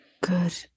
Good